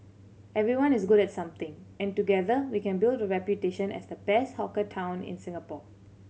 everyone is good at something and together we can build a reputation as the best hawker town in Singapore